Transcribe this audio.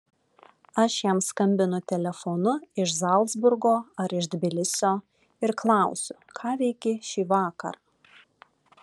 aš jam skambinu telefonu iš zalcburgo ar iš tbilisio ir klausiu ką veiki šį vakarą